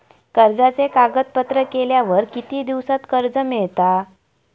कर्जाचे कागदपत्र केल्यावर किती दिवसात कर्ज मिळता?